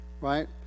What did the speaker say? right